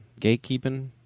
Gatekeeping